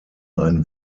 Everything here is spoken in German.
ein